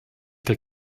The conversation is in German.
der